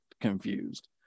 confused